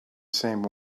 same